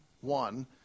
One